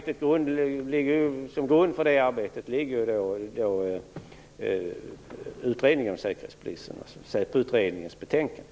Som grund för det arbetet ligger SÄPO-utredningens betänkande.